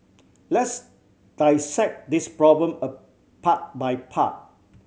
let's dissect this problem a part by part